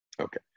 Okay